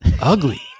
ugly